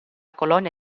colonia